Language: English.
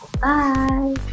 Bye